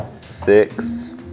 six